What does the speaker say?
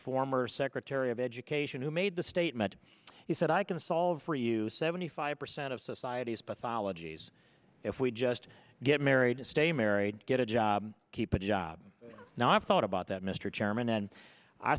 former secretary of education who made the statement he said i can solve for you seventy five percent of society's pathologies if we just get married stay married get a job keep it job now i've thought about that mr chairman and i